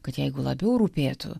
kad jeigu labiau rūpėtų